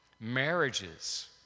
Marriages